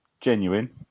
genuine